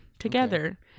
together